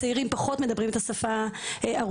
הצעירים פחות מדברים את השפה הרוסית,